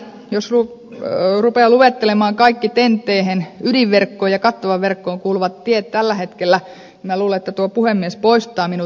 jos rupean luettelemaan kaikki ten then ydinverkkoon ja kattavaan verkkoon kuuluvat tiet tällä hetkellä minä luulen että tuo puhemies poistaa minut